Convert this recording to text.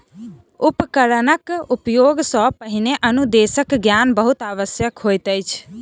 उपकरणक उपयोग सॅ पहिने अनुदेशक ज्ञान बहुत आवश्यक होइत अछि